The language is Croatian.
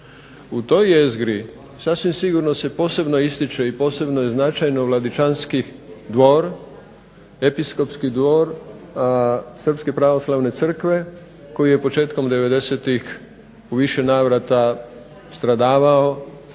U toj jezgri sasvim sigurno se posebno ističe i posebno je značajno Vladičanski dvor, Episkopski dvor Srpske pravoslavne crkve koji je početkom '90-ih u više navrata stradavao